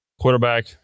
Quarterback